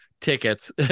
tickets